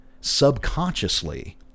subconsciously